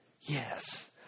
Yes